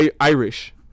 Irish